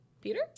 Peter